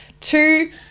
Two